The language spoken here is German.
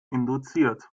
induziert